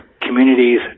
communities